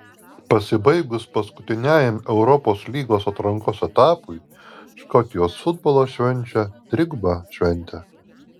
pasibaigus paskutiniajam europos lygos atrankos etapui škotijos futbolas švenčia trigubą šventę